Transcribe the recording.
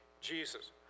Jesus